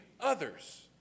others